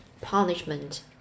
punishment